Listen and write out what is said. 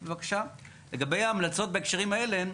לגבי המלצות בהקשרים האלה,